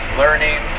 learning